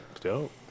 Dope